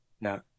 no